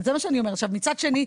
מצד שני,